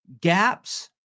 gaps